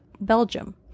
Belgium